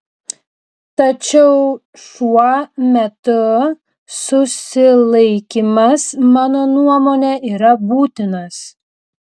tačiau šuo metu susilaikymas mano nuomone yra būtinas